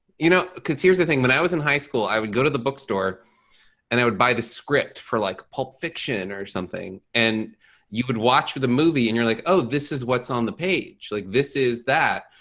you know? because here's the thing when i was in high school i would go to the bookstore and i would buy the script for like pulp fiction or something and you would watch the movie and you're like, oh, this is what's on the page, like this is that.